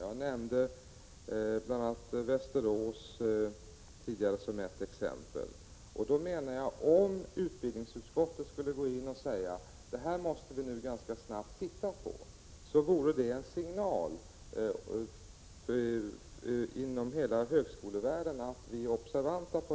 Jag nämnde Västerås som ett exempel. Om utbildningsutskottet gick in och sade att man ganska snabbt måste titta på detta, vore det en signal till hela högskolevärlden om att vara observant.